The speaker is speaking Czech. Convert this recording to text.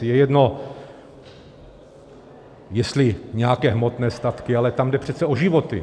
Je jedno, jestli nějaké hmotné statky, ale tam jde přece o životy.